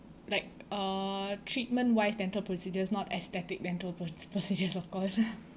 like uh treatment-wise dental procedures not aesthetic dental proc~ procedures of course